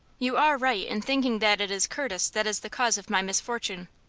you are right in thinking that it is curtis that is the cause of my misfortune.